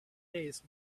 days